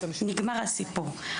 נגמר הסיפור.